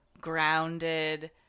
grounded